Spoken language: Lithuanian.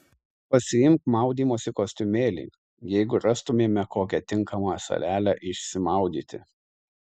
pasiimk maudymosi kostiumėlį jeigu rastumėme kokią tinkamą salelę išsimaudyti